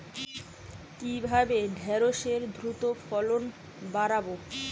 কিভাবে ঢেঁড়সের দ্রুত ফলন বাড়াব?